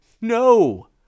No